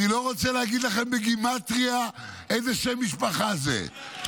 אני לא רוצה להגיד לכם בגימטרייה איזה שם משפחה זה,